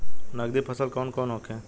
नकदी फसल कौन कौनहोखे?